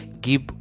Give